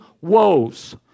woes